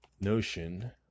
notion